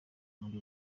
muri